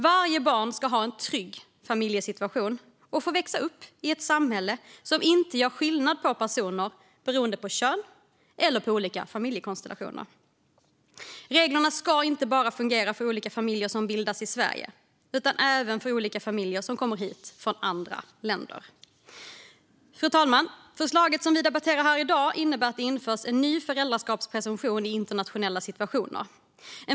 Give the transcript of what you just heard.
Varje barn ska ha en trygg familjesituation och få växa upp i ett samhälle som inte gör skillnad på personer beroende på kön eller olika familjekonstellationer. Reglerna ska inte bara fungera för olika familjer som bildas i Sverige utan även för olika familjer som kommer hit från andra länder. Fru talman! Förslaget som vi debatterar här i dag innebär att det införs en ny föräldraskapspresumtion i internationella situationer.